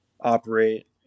operate